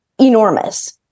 enormous